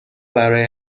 برای